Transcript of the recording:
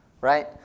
right